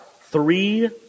three